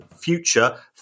future